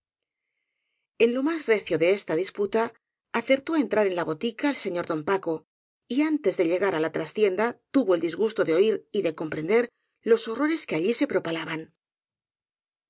en lo más recio de esta disputa acertó á entrar en la botica el señor don paco y antes de llegar á la trastienda tuvo el disgusto de oir y de compren der los horrores que allí se propalaban